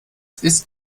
ist